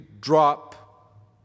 drop